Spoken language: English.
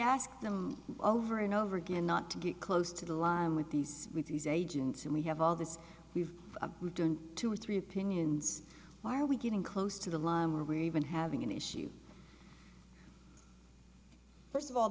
asked them over and over again not to get close to the line with these with these agents and we have all this we've written two or three opinions why are we getting close to the lime are we even having an issue first of all